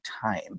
time